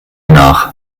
nach